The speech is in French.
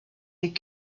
est